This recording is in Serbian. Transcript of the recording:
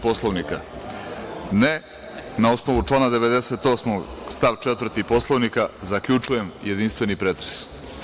Poslovnika? (Ne.) Na osnovu člana 98. stav 4. Poslovnika zaključujem jedinstveni pretres.